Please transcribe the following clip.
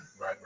Right